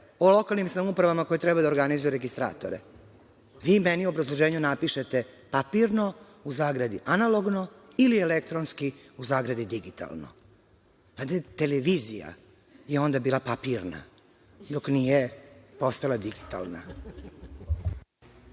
o lokalnim samoupravama koje trebaju da organizuju registratore. Vi meni u obrazloženju napišete – papirno (analogno) ili elektronski (digitalno). Televizija je onda bila papirna dok nije postala digitalna.